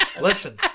listen